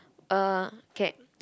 uh K